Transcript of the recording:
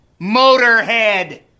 Motorhead